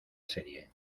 serie